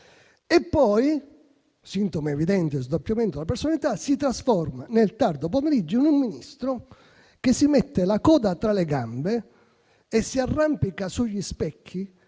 Poi - sintomo evidente di sdoppiamento della personalità - si trasforma nel tardo pomeriggio in un Ministro che si mette la coda tra le gambe e si arrampica sugli specchi